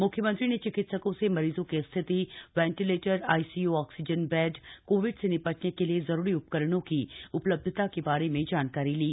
म्ख्यमंत्री ने चिकित्सकों से मरीजों की स्थिति ventilator ICU oxygen bed Covid से निपटने के लिए जरूरी उपकरणों की उपलब्धता के बारे में जानकारी ली